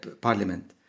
Parliament